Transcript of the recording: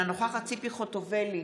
אינה נוכחת ציפי חוטובלי,